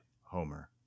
Homer